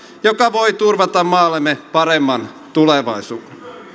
joka voi turvata maallemme paremman tulevaisuuden